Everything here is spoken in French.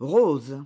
rose